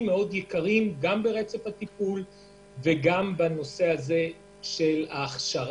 יקרים גם ברצף הטיפול וגם בנושא של ההכשרה.